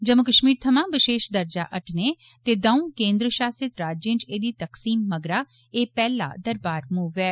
जम्मू कश्मीर थमां बशेष दर्जा हटने ते दर्ऊ केन्द्र शासित राज्यें च एह्दी तक्सीम मगरा एह् पैह्ला दरवार मूव ऐ